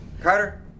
Carter